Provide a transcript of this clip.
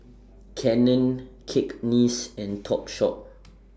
Canon Cakenis and Topshop